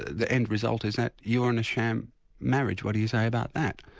the end result is that you're in a sham marriage, what do you say about that?